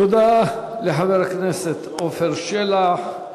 תודה לחבר הכנסת עפר שלח.